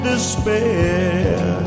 Despair